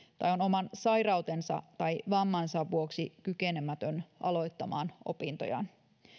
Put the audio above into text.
tai on oman sairautensa tai vammansa vuoksi kykenemätön aloittamaan opintojaan